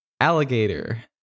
Alligator